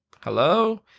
hello